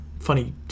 funny